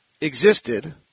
existed